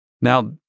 now